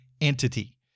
entity